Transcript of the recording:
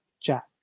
Jack